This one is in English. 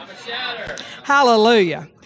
Hallelujah